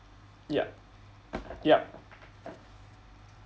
yup yup